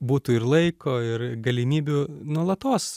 būtų ir laiko ir galimybių nuolatos